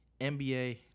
NBA